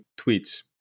tweets